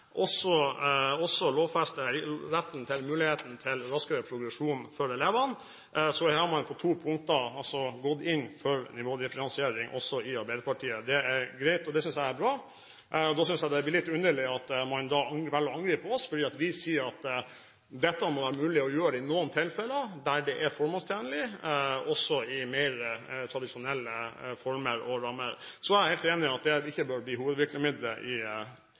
også lovfester retten til mulighet for raskere progresjon for elevene, har man på to punkter gått inn for nivådifferensiering også i Arbeiderpartiet. Det er greit, og det synes jeg er bra. Da synes jeg det blir litt underlig at man velger å angripe oss fordi vi sier at dette må det være mulig å gjøre i noen tilfeller der det er formålstjenlig – også i mer tradisjonelle former og rammer. Så er jeg helt enig i at det ikke bør bli hovedvirkemidlet i